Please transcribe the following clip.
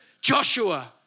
Joshua